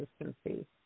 consistency